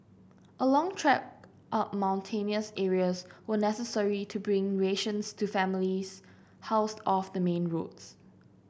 a long trek up mountainous areas were necessary to bring rations to families housed off the main roads